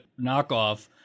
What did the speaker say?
knockoff